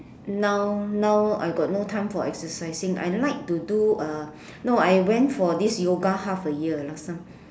now now I got no time for exercising I like to do uh no I went for this yoga half a year last time